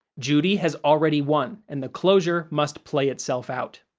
judy has already won, and the closure must play itself out.